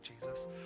Jesus